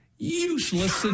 Useless